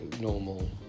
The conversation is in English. normal